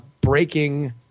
breaking